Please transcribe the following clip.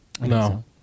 No